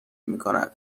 میکند